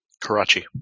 Karachi